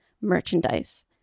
merchandise